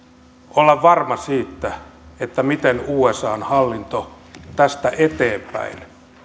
olla varma siitä miten usan hallinto tästä eteenpäin